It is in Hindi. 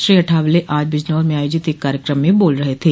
श्री अठावले आज बिजनौर में आयोजित एक कार्यक्रम में बोल रहे थे